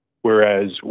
whereas